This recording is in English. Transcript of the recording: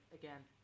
again